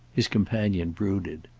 his companion brooded.